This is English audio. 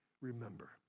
remember